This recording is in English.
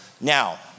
Now